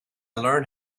learned